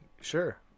Sure